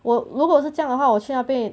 我如果是这样的话我去那边